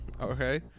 Okay